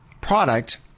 product